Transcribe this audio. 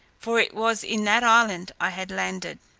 for it was in that island i had landed.